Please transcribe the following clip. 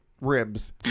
Ribs